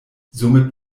somit